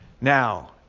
Now